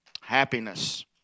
happiness